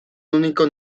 único